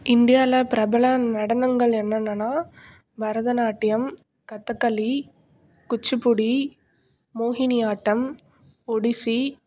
இந்தியாவில் பிரபல நடனங்கள் என்னன்னனா பரதநாட்டியம் கதகளி குச்சிப்புடி மோகினி ஆட்டம் ஒடிசி